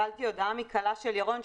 קיבלתי הודעה מכלה של ירון,